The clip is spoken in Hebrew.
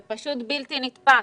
זה פשוט בלתי נתפס.